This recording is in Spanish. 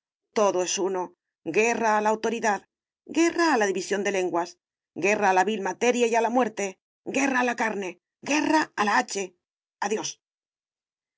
todo es uno guerra a la autoridad guerra a la división de lenguas guerra a la vil materia y a la muerte guerra a la carne guerra a la hache adiós